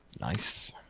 Nice